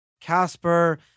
Casper